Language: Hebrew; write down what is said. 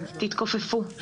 תתכופפו,